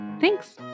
Thanks